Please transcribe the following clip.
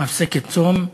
מפסקת צום,